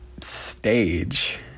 stage